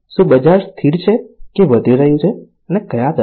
શું બજાર સ્થિર છે કે વધી રહ્યું છે અને કયા દરે